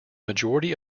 majority